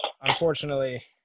unfortunately